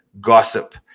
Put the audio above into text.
gossip